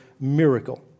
miracle